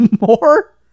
more